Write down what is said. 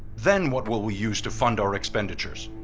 then what will we use to fund our expenditures?